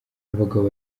abagabo